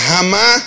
Hammer